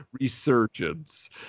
resurgence